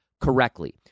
correctly